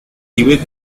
tíbet